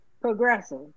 progressive